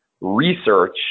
Research